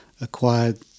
acquired